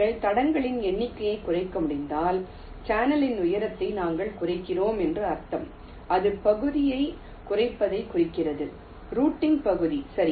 நீங்கள் தடங்களின் எண்ணிக்கையை குறைக்க முடிந்தால் சேனலின் உயரத்தை நாங்கள் குறைக்கிறோம் என்று அர்த்தம் இது பகுதியைக் குறைப்பதைக் குறிக்கிறது ரூட்டிங் பகுதி சரி